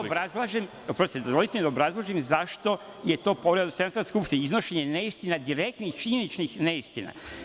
Oprostite, dozvolite mi da obrazložim zašto je to povreda dostojanstva Skupštine, iznošenje neistina, direktnih, činjeničnih neistina.